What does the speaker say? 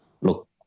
Look